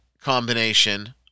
combination